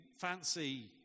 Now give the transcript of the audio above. fancy